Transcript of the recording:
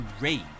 rage